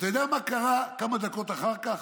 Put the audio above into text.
ואתה יודע מה קרה כמה דקות אחר כך,